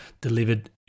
delivered